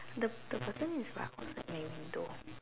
the the button is right on the main door